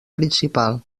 principal